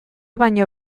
baino